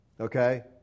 Okay